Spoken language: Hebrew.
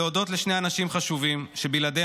אני רוצה להודות לשני אנשים חשובים שבלעדיהם